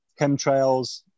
chemtrails